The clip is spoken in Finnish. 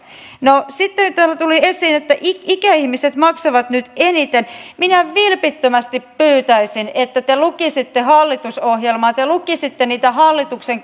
sitten täällä tuli esiin että ikäihmiset maksavat nyt eniten minä vilpittömästi pyytäisin että te lukisitte hallitusohjelmaa te lukisitte niitä hallituksen